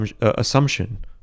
assumption